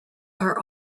are